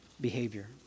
behavior